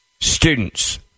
students